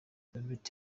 robert